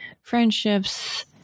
friendships